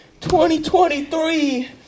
2023